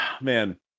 Man